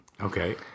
Okay